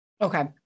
Okay